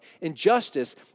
Injustice